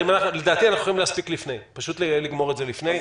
לדעתי אנחנו יכולים להספיק לגמור את זה לפני.